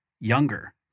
younger